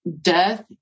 death